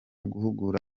guhugura